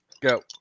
Go